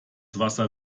wasser